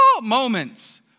moments